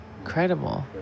incredible